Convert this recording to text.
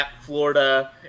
Florida